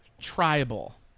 tribal